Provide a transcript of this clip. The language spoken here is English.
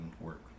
work